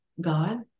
god